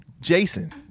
Jason